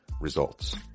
Results